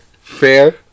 fair